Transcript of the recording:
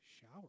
shower